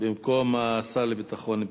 במקום השר לביטחון פנים.